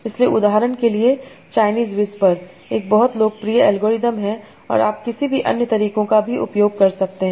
इसलिए उदाहरण के लिए चाइनीज़ व्हिस्पर एक बहुत लोकप्रिय एल्गोरिथ्म है और आप किसी भी अन्य तरीकों का भी उपयोग कर सकते हैं